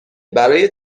برای